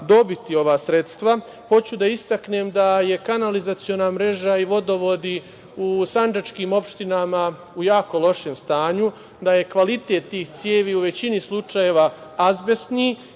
dobiti ova sredstva. Hoću da istaknem da su kanalizaciona mreža i vodovodi u sandžačkim opštinama u jako lošem stanju, da je kvalitet tih cevi u većini slučajeva azbestni i